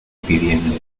pidiendo